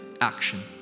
action